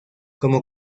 como